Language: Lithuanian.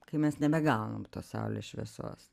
kai mes nebegaunam tos saulės šviesos